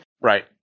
Right